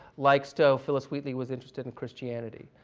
like stowe, phyllis wheatley was interested in christianity.